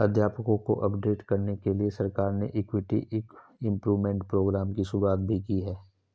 अध्यापकों को अपडेट करने के लिए सरकार ने क्वालिटी इम्प्रूव्मन्ट प्रोग्राम की शुरुआत भी की है